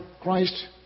Christ